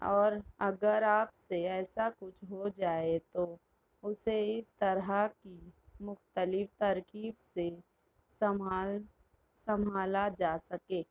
اور اگر آپ سے ایسا کچھ ہو جائے تو اسے اس طرح کی مختلف ترکیب سے سنبھال سنبھالا جا سکے